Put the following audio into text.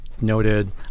noted